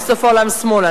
"סוף העולם שמאלה",